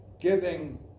giving